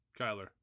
kyler